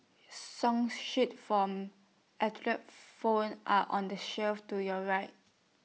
song sheets from are on the shelf to your right